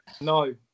No